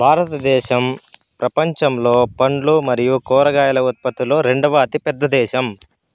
భారతదేశం ప్రపంచంలో పండ్లు మరియు కూరగాయల ఉత్పత్తిలో రెండవ అతిపెద్ద దేశం